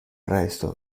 resto